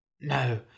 No